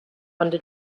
under